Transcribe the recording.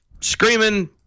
screaming